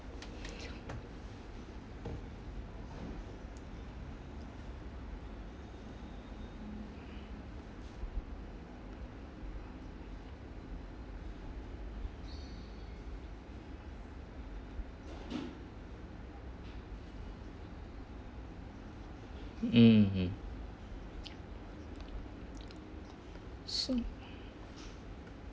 mm so